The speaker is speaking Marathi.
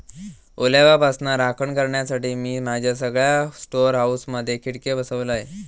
ओलाव्यापासना राखण करण्यासाठी, मी माझ्या सगळ्या स्टोअर हाऊसमधे खिडके बसवलय